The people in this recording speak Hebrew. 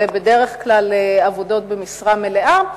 ובדרך כלל בעבודות במשרה מלאה.